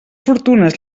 fortunes